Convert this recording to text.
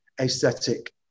aesthetic